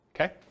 okay